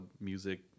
music